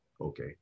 okay